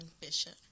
Bishop